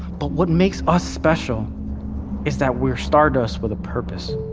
but what makes us special is that we are stardust with a purpose.